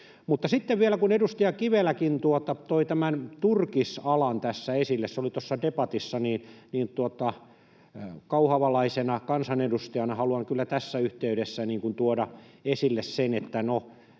sitten vielä, kun edustaja Kiveläkin toi tämän turkisalan tässä esille — se oli tuossa debatissa — kauhavalaisena kansanedustajana haluan kyllä tässä yhteydessä tuoda esille ensinnäkin